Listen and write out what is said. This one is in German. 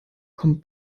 kommt